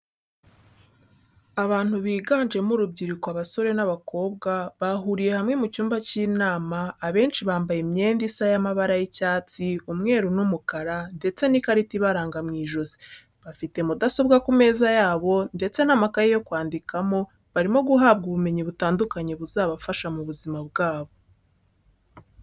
Abantu biganjemo urubyiruko abasore n'abakobwa bahuriye hamwe mu cyumba cy'inama abenshi bambaye imyenda isa y'amabara y'icyatsi, umweru n'umukara ndetse n'ikarita ibaranga mw'ijosi bafite mudasobwa ku meza yabo ndetse n'amakaye yo kwandikamo, barimo guhabwa ubumenyi butandukanye buzabafasha mu buzima bwabo.